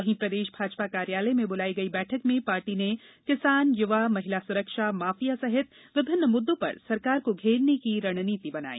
वहीं प्रदेश भाजपा कार्यालय में बुलाई गई बैठक में पार्टी ने किसान युवा महिला सुरक्षा माफिया सहित विभिन्न मुद्दों पर सरकार को घेरने की रणनीति बनाई